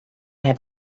have